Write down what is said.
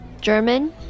German